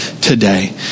today